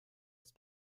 ist